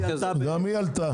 נכון, גם היא עלתה.